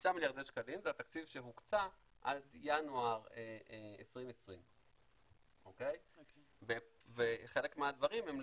שישה מיליארדי השקלים זה התקציב שהוקצה עד ינואר 2020. חלק מהדברים לא